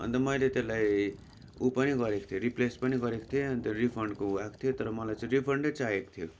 अन्त मैले त्यसलाई उ पनि गरेको थिएँ रिप्लेस पनि गरेको थिएँ अन्त रिफन्डको उ आएको थियो तर मलाई चाहिँ रिफन्डै चाहिएको थियो